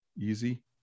easy